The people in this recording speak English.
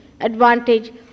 advantage